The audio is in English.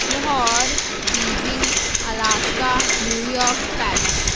Lahore Beijing alaska New York Paris